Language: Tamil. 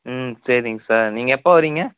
ம் சரிங்க சார் நீங்கள் எப்போ வரீங்க